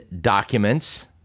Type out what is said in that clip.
documents